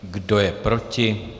Kdo je proti?